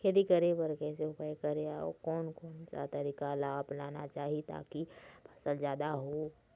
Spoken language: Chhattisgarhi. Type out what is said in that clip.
खेती करें बर कैसे उपाय करें अउ कोन कौन सा तरीका ला अपनाना चाही ताकि फसल जादा हो?